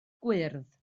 gwyrdd